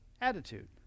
Attitude